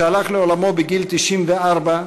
שהלך לעולמו בגיל 94,